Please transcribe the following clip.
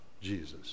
Jesus